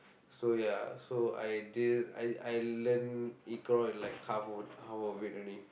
so ya so I didn't~ I I learn Iqro in like half of half of it only